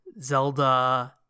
Zelda